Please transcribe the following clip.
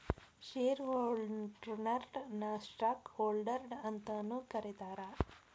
share ಹೋಲ್ಡರ್ನ ನ stockholder ಅಂತಾನೂ ಕರೇತಾರ